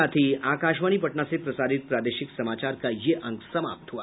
इसके साथ ही आकाशवाणी पटना से प्रसारित प्रादेशिक समाचार का ये अंक समाप्त हुआ